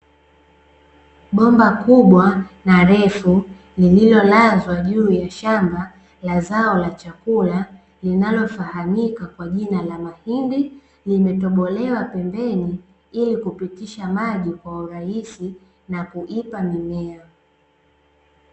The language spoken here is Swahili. Bomba kubwa na refu lililolazwa juu ya shamba la zao la chakula linalofahamika kwa jina la mahindi, limetobolewa pembeni ili kupitisha maji kwa urahisi na kuipa mimea.